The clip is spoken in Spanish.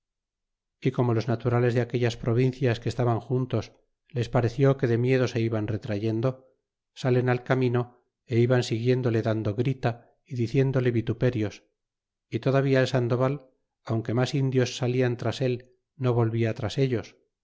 y co zo los naturales de aquellas provincias que estaban juntos les pareció que de miedo se ean retrayendo salen al camino iban siguiéndole dandole grita y diciéndole vituperios y todavía el sandoval aunque mas indios salian tras el no volvia tras ellos